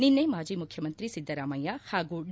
ನಿನ್ನೆ ಮಾಜಿ ಮುಖ್ಯಮಂತ್ರಿ ಸಿದ್ದರಾಮಯ್ಯ ಹಾಗೂ ಡಿ